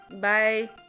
bye